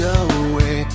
away